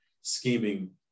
scheming